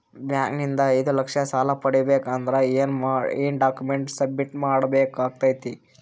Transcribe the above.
Bank ನಿಂದ ಐದು ಲಕ್ಷ ಸಾಲ ಪಡಿಬೇಕು ಅಂದ್ರ ಏನ ಡಾಕ್ಯುಮೆಂಟ್ ಸಬ್ಮಿಟ್ ಮಾಡ ಬೇಕಾಗತೈತಿ?